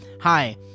Hi